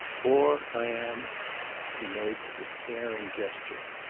or i am he made a despairing gesture.